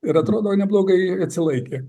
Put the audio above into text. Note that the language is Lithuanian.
ir atrodo neblogai atsilaikė